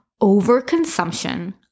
Overconsumption